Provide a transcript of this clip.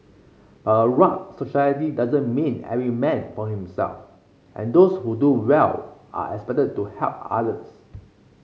but a rugged society doesn't mean every man for himself and those who do well are expected to help others